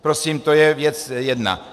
Prosím, to je věc jedna.